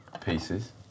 pieces